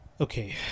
Okay